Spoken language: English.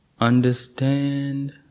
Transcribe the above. Understand